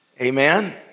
Amen